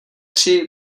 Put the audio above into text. tři